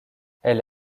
elle